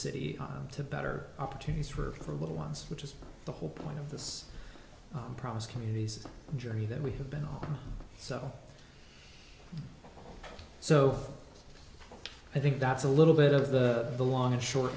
city to better opportunities for the little ones which is the whole point of this promise communities journey that we have been on so so i think that's a little bit of the long and short